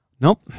Nope